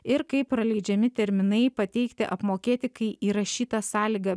ir kai praleidžiami terminai pateikti apmokėti kai įrašyta sąlyga